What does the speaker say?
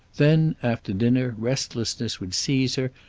then, after dinner, restlessness would seize her,